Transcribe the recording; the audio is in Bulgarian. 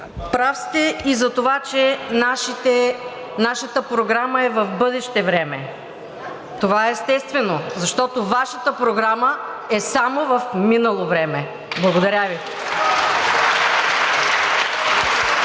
Прав сте и за това, че нашата програма е в бъдеще време. Това е естествено, защото Вашата програма е само в минало време. Благодаря Ви.